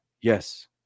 Yes